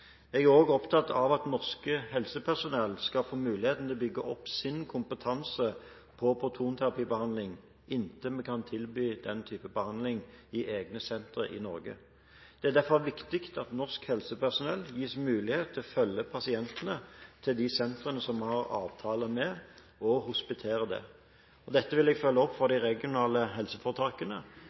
Jeg er også opptatt av at norsk helsepersonell skal få mulighet til å bygge opp sin kompetanse på protonterapibehandling inntil vi kan tilby den type behandling i egne sentre i Norge. Det er derfor viktig at norsk helsepersonell gis mulighet til å følge pasientene til de sentrene som vi har avtale med, og hospitere der. Dette vil jeg følge opp overfor de regionale helseforetakene,